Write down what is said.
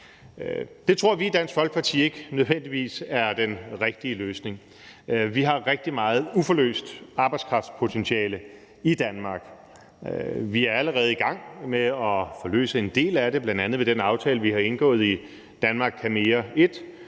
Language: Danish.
Det tror vi i Dansk Folkeparti ikke nødvendigvis er den rigtige løsning. Vi har rigtig meget uforløst arbejdskraftpotentiale i Danmark. Vi er allerede i gang med at få løst en del af det, bl.a. ved den aftale, vi har indgået i »Danmark kan